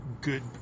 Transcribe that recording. good